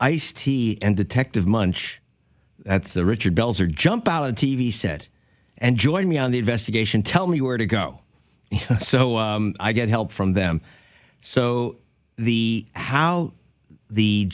iced tea and detective munch at the richard belzer jump out of the t v set and join me on the investigation tell me where to go so i get help from them so the how the